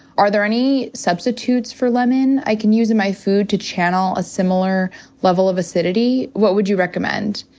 are there any substitutes for lemon i can use in my food to channel a similar level of acidity. what would you recommend?